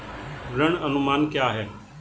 ऋण अनुमान क्या है?